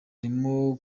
arimo